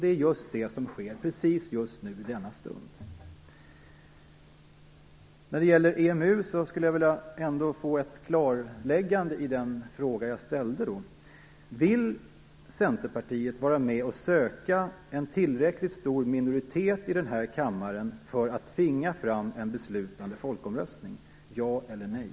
Det är just det som sker i denna stund. Jag skulle vilja få ett klarläggande i den fråga jag ställde om EMU. Vill Centerpartiet vara med och söka en tillräckligt stor minoritet i den här kammaren för att tvinga fram en beslutande folkomröstning - ja eller nej?